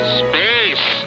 space